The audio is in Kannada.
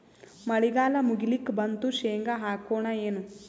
ಮಳಿಗಾಲ ಮುಗಿಲಿಕ್ ಬಂತು, ಶೇಂಗಾ ಹಾಕೋಣ ಏನು?